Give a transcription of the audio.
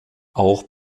auch